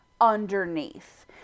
underneath